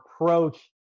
approach